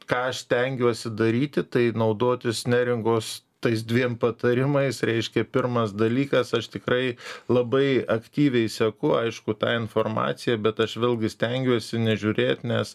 ką aš stengiuosi daryti tai naudotis neringos tais dviem patarimais reiškia pirmas dalykas aš tikrai labai aktyviai seku aišku tą informaciją bet aš vėlgi stengiuosi nežiūrėt nes